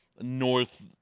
North